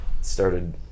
started